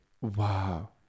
Wow